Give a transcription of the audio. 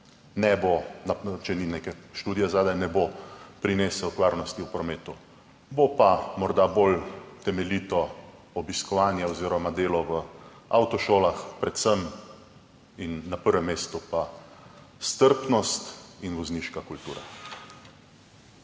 bistveno, če ni neke študije zadaj, doprinesel k varnosti v prometu, bo pa morda bolj temeljito obiskovanje oziroma delo v avtošolah, predvsem in na prvem mestu pa strpnost in vozniška kultura.